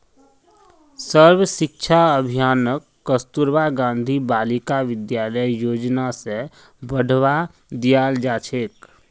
सर्व शिक्षा अभियानक कस्तूरबा गांधी बालिका विद्यालय योजना स बढ़वा दियाल जा छेक